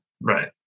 Right